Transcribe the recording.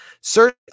Search